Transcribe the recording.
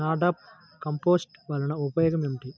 NADEP compost వలన ఉపయోగం ఏమిటి?